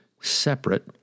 separate